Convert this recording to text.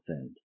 end